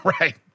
Right